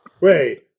Wait